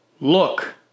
Look